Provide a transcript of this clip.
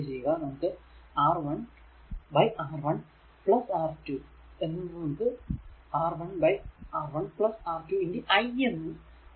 നമുക്ക് R1 R1 R2 എന്നത് നമുക്ക് R1 R1 R2 i എന്ന് കിട്ടും